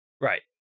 Right